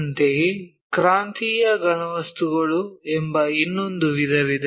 ಅಂತೆಯೇ ಕ್ರಾಂತಿಯ ಘನವಸ್ತುಗಳು ಎಂಬ ಇನ್ನೊಂದು ವಿಧವಿದೆ